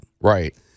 Right